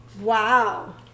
Wow